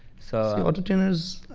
so auto-tuners,